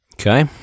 Okay